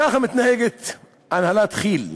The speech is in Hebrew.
ככה מתנהגת הנהלת כי"ל,